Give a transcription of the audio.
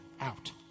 out